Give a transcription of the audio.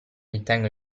ritengo